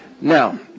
Now